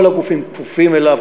וכל הגופים כפופים אליו,